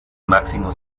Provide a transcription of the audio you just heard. máximo